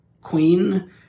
queen